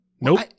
Nope